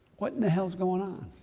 what in the hell is going on?